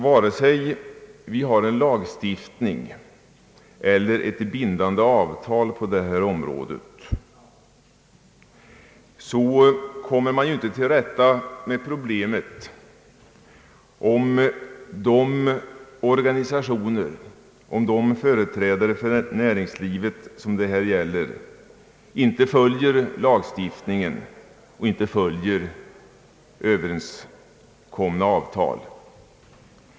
Vare sig vi har en lagstiftning eller ett bindande avtal på detta område, så kommer man inte till rätta med problemet, om de organisationer eller de företrädare för näringslivet det här gäller inte följer lagstiftningen eller avtalet.